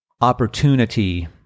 opportunity